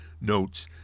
notes